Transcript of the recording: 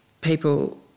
people